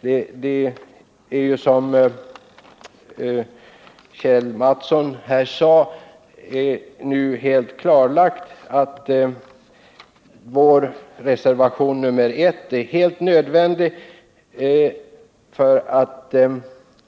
Det är ju, som Kjell Mattsson sade, nu klarlagt att vår reservation nr 1 är helt nödvändig för att